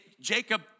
Jacob